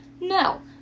No